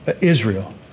Israel